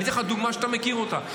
אני אתן לך דוגמה שאתה מכיר אותה.